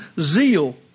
zeal